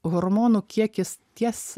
hormonų kiekis ties